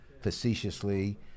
facetiously